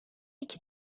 iki